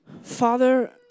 Father